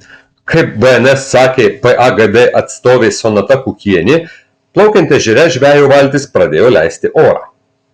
kaip bns sakė pagd atstovė sonata kukienė plaukiant ežere žvejo valtis pradėjo leisti orą